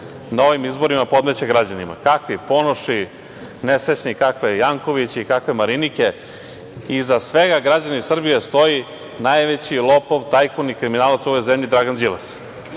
na ovim izborima podmeće građanima. Kakvi Ponoši nesrećni, kakvi Jankovići, kakve Marinike. Iza svega, građani Srbije, stoji najveći lopov, tajkun i kriminalac u ovoj zemlji Dragan Đilas.